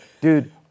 Dude